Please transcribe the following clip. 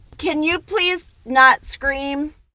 can you please not scream?